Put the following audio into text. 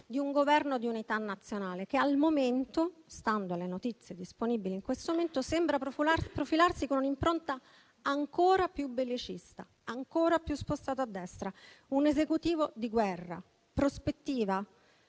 di un Governo di unità nazionale, che al momento - stando alle notizie disponibili - sembra profilarsi con un'impronta ancora più bellicista, ancora più spostato a destra, un esecutivo di guerra: prospettiva,